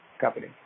company